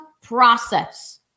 process